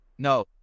No